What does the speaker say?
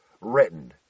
written